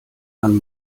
dann